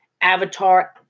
Avatar